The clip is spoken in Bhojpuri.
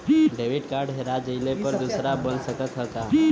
डेबिट कार्ड हेरा जइले पर दूसर बन सकत ह का?